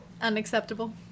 Unacceptable